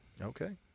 Okay